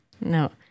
No